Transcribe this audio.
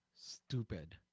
stupid